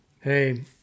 hey